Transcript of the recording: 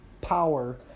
power